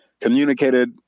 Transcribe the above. communicated